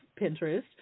Pinterest